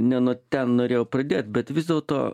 ne nuo ten norėjau pradėt bet vis dėlto